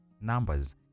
numbers